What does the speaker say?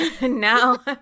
now